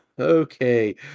Okay